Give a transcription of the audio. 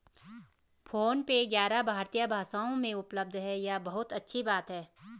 phone पे ग्यारह भारतीय भाषाओं में उपलब्ध है यह बहुत अच्छी बात है